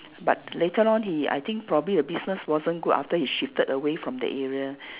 but later on he I think probably the business wasn't good after he shifted away from the area